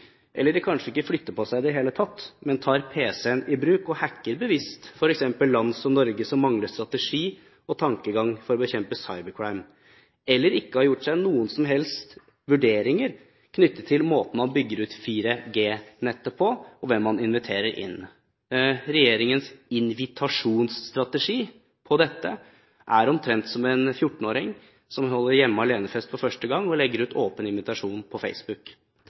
eller voldelig. Kanskje flytter de ikke på seg i det hele tatt, men tar pc-en i bruk og hacker bevisst f.eks. land som Norge, som mangler strategi og tankegang for å bekjempe «cyber crime», eller som ikke har gjort seg noen som helst vurderinger knyttet til måten man bygger ut 4G-nettet på og hvem man inviterer inn. Regjeringens invitasjonsstrategi på dette er omtrent som en 14-åring som holder hjemme-alene-fest for første gang og legger ut åpen invitasjon på Facebook.